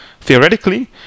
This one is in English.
theoretically